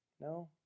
No